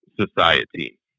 society